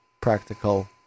practical